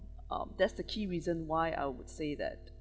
um that's the key reason why I would say that